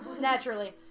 naturally